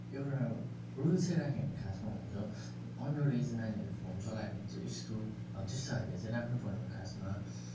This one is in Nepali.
एउटा रुल्सै राख्यो भने खासमा हुन्छ अन्डर एज नानीहरूले फोन चलायो भने चाहिँ यस्तो अब त्यस्तो खालके चाहिँ राख्नुपर्ने हो खासमा